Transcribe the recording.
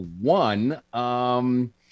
one